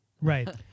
Right